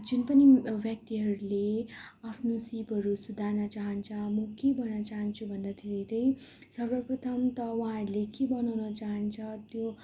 जुन पनि व्यक्तिहरूले आफ्नो सिपहरू सुधार्न चाहन्छ म के भन्न चाहन्छु भन्दाखेरि त्यही सर्वप्रथम त उहाँहरूले के बनाउन चाहन्छ त्यो